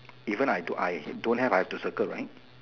even I I don't have I have to circle right